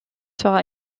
sera